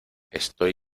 estoy